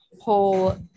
whole